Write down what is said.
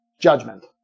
Judgment